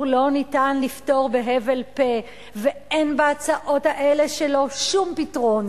לא ניתן לפתור בהבל פה ואין בהצעות האלה שלו שום פתרון.